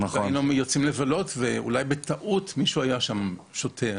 והיינו יוצאים לבלות ואולי בטעות מישהו היה שם שותה.